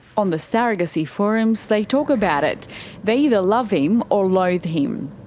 on the surrogacy forums they talk about it they either love him or loathe him.